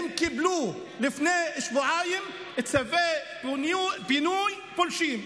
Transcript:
הם קיבלו לפני בשבועיים צווי פינוי פולשים.